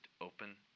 open